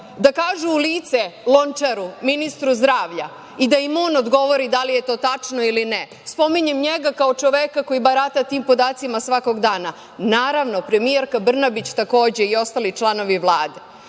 Da kažu u lice Lončaru, ministru zdravlja i da im on odgovori da li je to tačno ili ne. Spominjem njega kao čoveka koji barata tim podacima svakog dana. Naravno, premijerka Brnabić, takođe i ostali članovi Vlade. Ali,